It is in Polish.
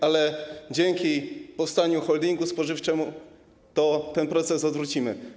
Ale dzięki powstaniu holdingu spożywczego ten proces odwrócimy.